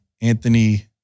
Anthony